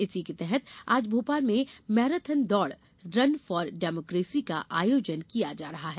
इसी के तहत आज भोपाल में मैराथन दौड़ रन फॉर डेमोकेसी का आयोजन किया जा रहा है